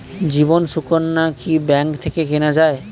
জীবন সুকন্যা কি ব্যাংক থেকে কেনা যায়?